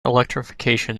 electrification